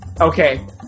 Okay